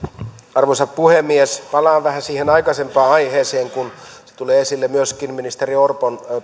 arvoisa puhemies palaan vähän siihen aikaisempaan aiheeseen kun se tuli esille myöskin ministeri orpon